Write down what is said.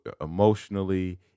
emotionally